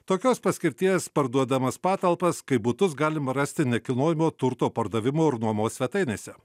tokios paskirties parduodamas patalpas kaip butus galima rasti nekilnojamo turto pardavimo ir nuomos svetainėse